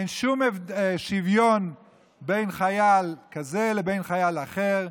אין שום שוויון בין חייל כזה לבין חייל אחר.